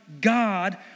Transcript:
God